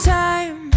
time